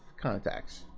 contacts